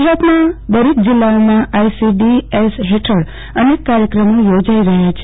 ગુજરાતના દરેક જિલ્લાઓમાં આઇસીડીએસ હેઠળ અનેક કાર્યક્રમો યોજાઇ રહ્યા છે